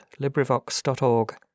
LibriVox.org